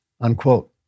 Unquote